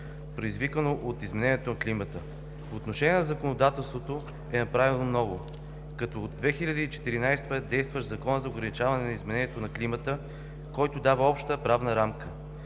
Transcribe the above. предизвикано от изменението на климата. По отношение на законодателството е направено много, като от 2014 г. е действащ Законът за ограничаване на изменението на климата, който дава обща правна рамка.